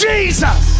Jesus